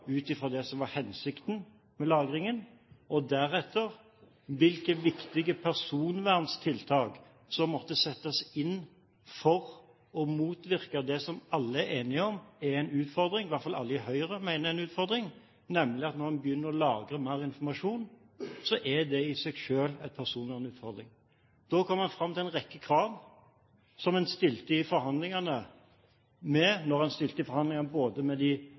ut fra det som var hensikten med lagringen, og deretter hvilke viktige personverntiltak som måtte settes inn for å motvirke det som alle er enige om er en utfordring – i hvert fall alle i Høyre mener er en utfordring – nemlig at når man begynner å lagre mer informasjon, er det i seg selv en personvernutfordring. Da kom man fram til en rekke krav som en stilte i forhandlingene både med de